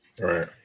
right